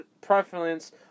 preference